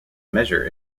measure